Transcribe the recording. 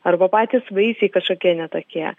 arba patys vaisiai kažkokie ne tokie